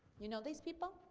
you know these people?